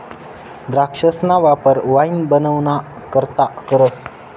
द्राक्षसना वापर वाईन बनवाना करता करतस